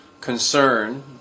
concern